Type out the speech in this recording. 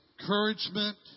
encouragement